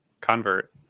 convert